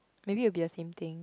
maybe will be the same thing